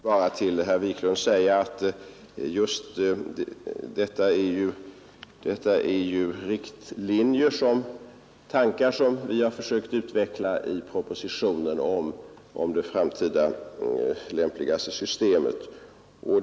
Herr talman! Jag vill bara till herr Wiklund säga att vi i propositionen har försökt utveckla riktlinjer och tankar om det lämpligaste systemet för framtiden.